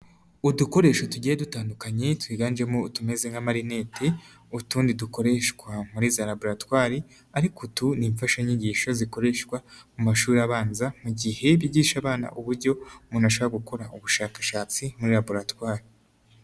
Udukoresho tugiye dutandukanye twiganjemo tumeze nka marinete, utundi dukoreshwa muri laboratwari ariko utu ni imfashanyigisho, zikoreshwa mu mashuri abanza, mu gihe bigisha abana uburyo umuntu ashobora gukora ubushakashatsi muri laboratwari.